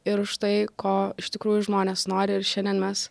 ir už tai ko iš tikrųjų žmonės nori ir šiandien mes